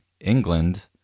England